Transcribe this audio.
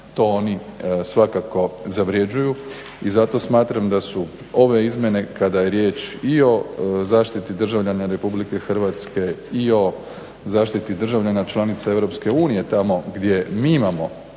to oni svakako zavrjeđuju. I zato smatram da su ove izmjene kada je riječ i o zaštiti državljana Republike Hrvatske i o zaštiti državljana članica Europske unije tamo gdje mi imamo